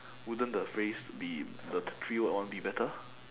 wouldn't the phrase be the three word one be better